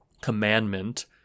commandment